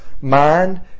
mind